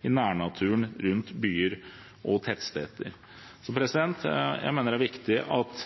i nærnaturen rundt byer og tettsteder. Jeg mener det er viktig at